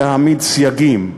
להעמיד סייגים,